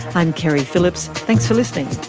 i'm keri phillips. thanks for listening